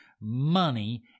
money